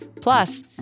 Plus